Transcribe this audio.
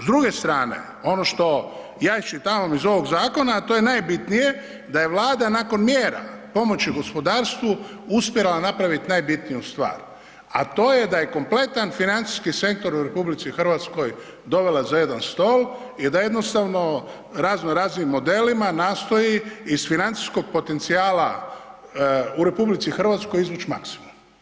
S druge strane, ono što ja iščitavam iz ovog zakona, a to je nabitnije, da je Vlada nakon mjera pomoći gospodarstvu uspjela napravit najbitniju stvar, a to je da je kompletan financijski sektor u RH dovela za jedan stol i da jednostavno razno raznim modelima nastoji iz financijskog potencijala u RH izvuć maksimum.